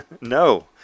No